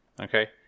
Okay